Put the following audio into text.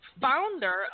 Founder